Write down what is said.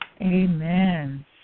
Amen